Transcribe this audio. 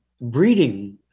breeding